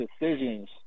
decisions